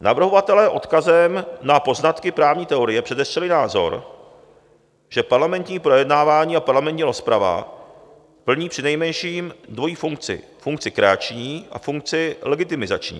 Navrhovatelé odkazem na poznatky právní teorie předestřeli názor, že parlamentní projednávání a parlamentní rozprava plní přinejmenším dvojí funkci, funkci kreační a funkci legitimizační.